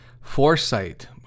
Foresight